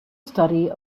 study